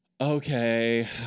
Okay